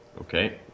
Okay